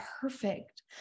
perfect